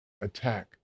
attack